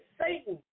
Satan